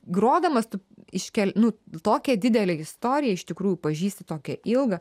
grodamas tu iškel nu tokią didelę istoriją iš tikrųjų pažįsti tokią ilgą